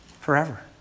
Forever